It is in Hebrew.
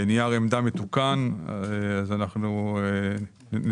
נייר עמדה מתוקן לגבי החישוב של 0.7,